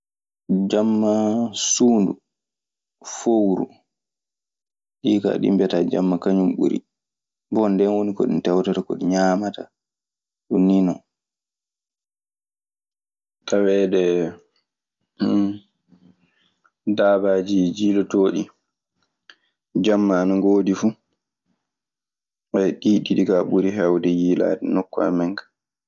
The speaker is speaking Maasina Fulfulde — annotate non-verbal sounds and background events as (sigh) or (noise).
Jamma, suundu, fowru. Ɗii kaa ɗii mbiyataa jamma kañun ɓuri. Bon, ndeen woni ko ɗi tewtata ko ɗi ñaamata. Taweede (hesitation) daabaaji jiilotooɗi jamma ana ngoodi fu. (hesitation) Ɗii ɗiɗi kaa ɓuri heewde yiilaade nokku amen ka.